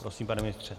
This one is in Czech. Prosím, pane ministře.